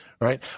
Right